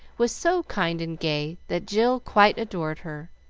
was so kind and gay that jill quite adored her,